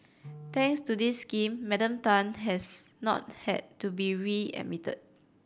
thanks to this scheme Madam Tan has not had to be readmitted